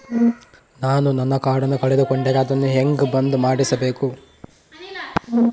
ನಾನು ನನ್ನ ಕಾರ್ಡನ್ನ ಕಳೆದುಕೊಂಡರೆ ಅದನ್ನ ಹೆಂಗ ಬಂದ್ ಮಾಡಿಸಬೇಕು?